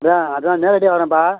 அதுதான் அதுதான் நேரடியாக வரேன்ப்பா